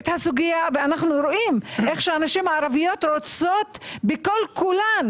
אנחנו רואים איך הנשים הערביות רוצות להשתלב,